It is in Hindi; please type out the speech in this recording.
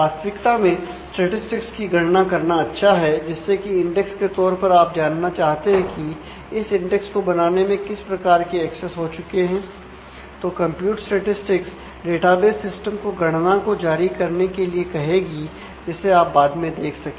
वास्तविकता में स्टेटिस्टिक्स डेटाबेस सिस्टम को गणना को जारी करने के लिए कहेगी जिसे आप बाद में देख सकें